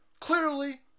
Clearly